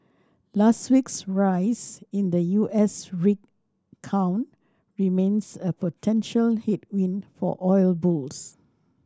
last week's rise in the U S rig count remains a potential headwind for oil bulls